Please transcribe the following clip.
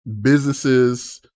businesses